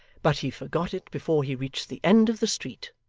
but he forgot it before he reached the end of the street,